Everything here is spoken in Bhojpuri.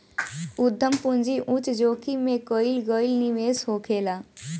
उद्यम पूंजी उच्च जोखिम में कईल गईल निवेश होखेला